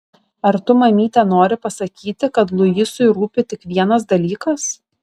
ar tu mamyte nori pasakyti kad luisui rūpi tik vienas dalykas